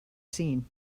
seen